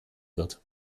wird